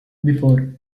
before